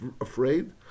afraid